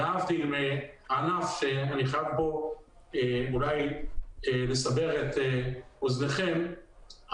להבדיל מענף שאני חייב אולי לסבר את אוזניכם,